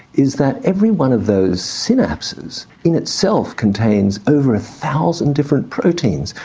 is that every one of those synapses in itself contains over a thousand different proteins.